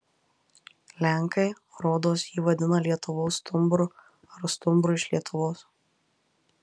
lenkai rodos jį vadina lietuvos stumbru ar stumbru iš lietuvos